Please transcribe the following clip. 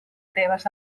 tebes